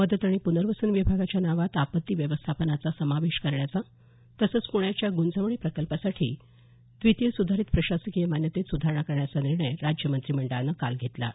मदत आणि प्नर्वसन विभागाच्या नावात आपत्ती व्यवस्थापनाचा समावेश करण्याचा तसंच पुण्याच्या गुंजवणी प्रकल्पासाठी द्वितीय सुधारित प्रशासकीय मान्यतेत सुधारणा करण्याचा निर्णय राज्य मंत्रिमंडळानं काल घेतला आहे